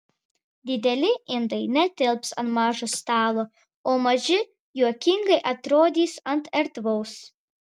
dideli indai netilps ant mažo stalo o maži juokingai atrodys ant erdvaus